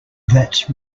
that’s